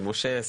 משה,